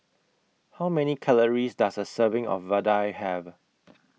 How Many Calories Does A Serving of Vadai Have